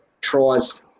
tries